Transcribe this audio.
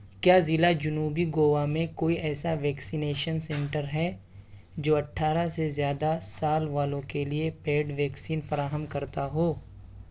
کیا ضلع جنوبی گووا میں کوئی ایسا ویکسینیشن سینٹر ہے جو اٹھارہ سے زیادہ سال والوں کے لیے پیڈ ویکسین فراہم کرتا ہو